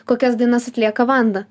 kokias dainas atlieka vanda